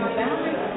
boundaries